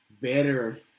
better